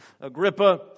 Agrippa